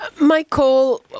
Michael